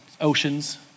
oceans